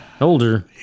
older